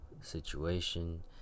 Situation